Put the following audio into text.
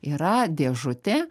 yra dėžutė